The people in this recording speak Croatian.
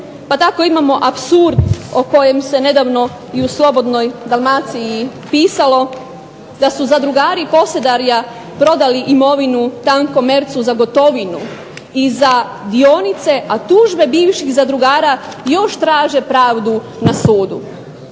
Pa tako imamo apsurd o kojem se nedavno i u Slobodnoj Dalmaciji pisalo, da su zadrugari Posedarja prodali imovinu TAN Commerceu za gotovinu, i za dionice, a tužbe bivših zadrugara još traže pravdu na sudu.